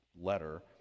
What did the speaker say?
letter